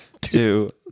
two